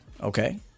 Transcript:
okay